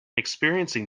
experiencing